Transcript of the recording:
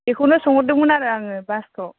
बेखौनो सोंहरदोंमोन आरो आङो बासखौ